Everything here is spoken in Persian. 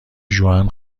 ژوئن